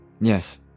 Yes